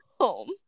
home